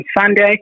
Sunday